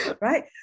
right